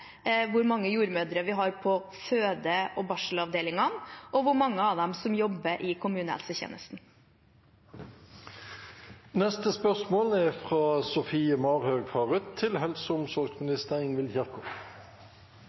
hvor mange jordmødre vi har på føde- og barselavdelingene, og hvor mange av dem som jobber i kommunehelsetjenesten. «Over hele landet har jordmødre i flere år varslet om at bemanningen er